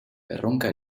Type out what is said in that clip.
erronka